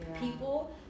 people